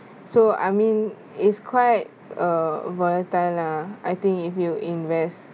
so I mean it's quite uh volatile lah I think if you invest